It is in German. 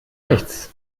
nichts